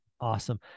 awesome